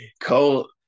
Cole